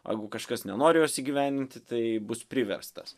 a jeigu kažkas nenori jos įgyvendinti tai bus priverstas